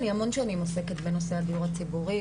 אני המון שנים עוסקת בדיור הציבורי,